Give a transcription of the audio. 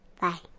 Bye